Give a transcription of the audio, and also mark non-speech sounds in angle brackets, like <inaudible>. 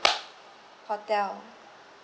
<noise> hotel